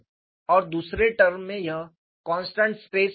और दूसरे टर्म में यह कॉन्स्टन्ट स्ट्रेस मान था